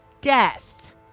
death